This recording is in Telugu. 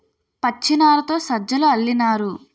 పచ్చినారతో సజ్జలు అల్లినారు